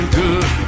good